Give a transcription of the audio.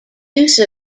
use